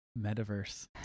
Metaverse